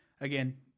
again